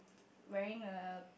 wearing a